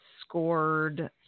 Scored